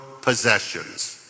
possessions